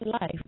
life